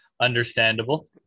Understandable